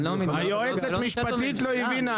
היועצת משפטית לא הבינה,